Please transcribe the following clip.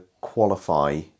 qualify